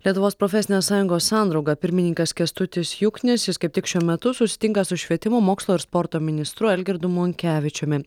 lietuvos profesinės sąjungos sandrauga pirmininkas kęstutis juknis jis kaip tik šiuo metu susitinka su švietimo mokslo ir sporto ministru algirdu monkevičiumi